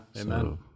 Amen